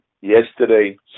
Yesterday